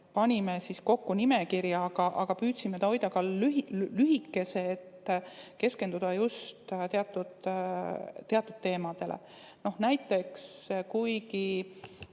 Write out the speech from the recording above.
panime kokku nimekirja, aga püüdsime selle hoida ka lühikese, et keskenduda just teatud teemadele. Näiteks